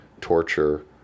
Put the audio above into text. torture